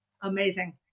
Amazing